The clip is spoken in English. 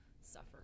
suffer